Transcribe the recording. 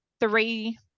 three